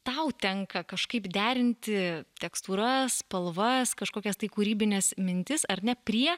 tau tenka kažkaip derinti tekstūras spalvas kažkokias tai kūrybines mintis ar ne prie